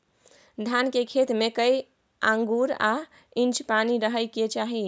धान के खेत में कैए आंगुर आ इंच पानी रहै के चाही?